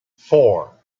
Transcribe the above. four